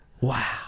Wow